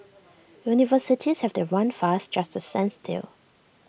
universities have to run fast just to stand still